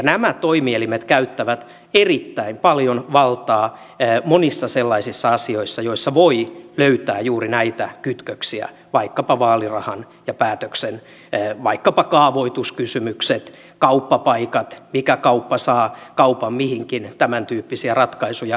nämä toimielimet käyttävät erittäin paljon valtaa monissa sellaisissa asioissa joissa voi löytää juuri näitä kytköksiä vaikkapa vaalirahan ja päätöksen välillä vaikkapa kaavoituskysymyksissä kauppapaikoissa mikä kauppa saa kaupan mihinkin ja tämäntyyppisiä ratkaisuja